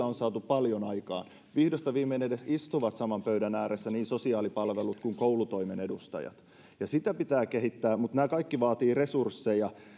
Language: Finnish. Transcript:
on on saatu paljon aikaan vihdosta viimein edes istuvat saman pöydän ääressä niin sosiaalipalvelun kuin koulutoimen edustajat sitä pitää kehittää mutta nämä kaikki vaativat resursseja